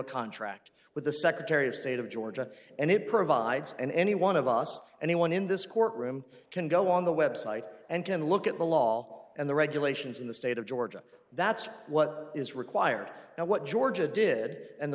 contract with the secretary of state of georgia and it provides and any one of us anyone in this courtroom can go on the website and can look at the law and the regulations in the state of georgia that's what is required and what georgia did and the